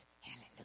Hallelujah